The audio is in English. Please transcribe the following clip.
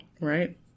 right